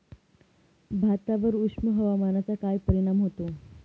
भातावर उष्ण हवामानाचा काय परिणाम होतो?